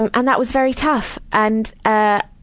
and and that was very tough. and, ah,